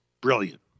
Brilliant